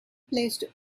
placed